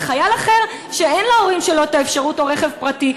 וחייל אחר שאין להורים שלו האפשרות או רכב פרטי,